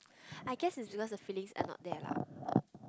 I guess is because the feelings are not there lah